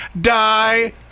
Die